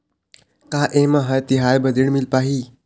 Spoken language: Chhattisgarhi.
का ये म हर तिहार बर ऋण मिल पाही?